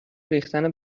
ریختن